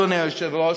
אדוני היושב-ראש,